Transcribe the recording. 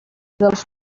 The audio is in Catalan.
dels